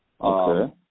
Okay